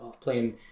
playing